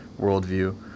worldview